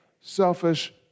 Selfish